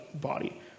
body